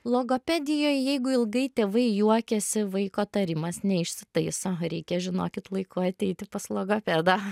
logopedijoj jeigu ilgai tėvai juokiasi vaiko tarimas neišsitaiso reikia žinokit laiku ateiti pas logopedą